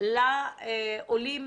לעולים